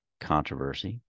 controversy